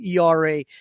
ERA